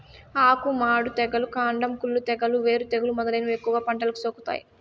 ఆకు మాడు తెగులు, కాండం కుళ్ళు తెగులు, వేరు తెగులు మొదలైనవి ఎక్కువగా పంటలకు సోకుతాయి